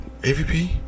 avp